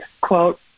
quote